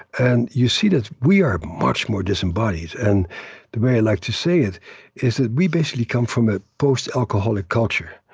and you see that we are much more disembodied. and the way i like to say is that we basically come from a post-alcoholic culture.